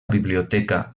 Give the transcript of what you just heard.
biblioteca